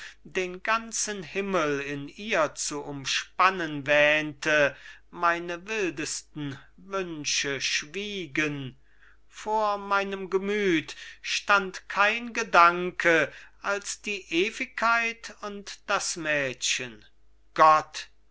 den ganzen himmel in ihr zu umspannen wähnte meine wildesten wünsche schwiegen vor meinem gemüth stand kein gedanke als die ewigkeit und das mädchen gott